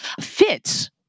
fits